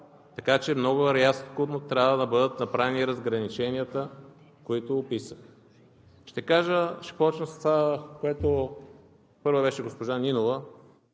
Така че много рязко трябва да бъдат направени разграниченията, които описах. Ще започна с това. Първа беше госпожа Нинова.